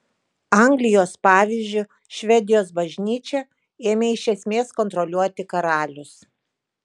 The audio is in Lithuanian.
anglijos pavyzdžiu švedijos bažnyčią ėmė iš esmės kontroliuoti karalius